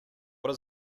what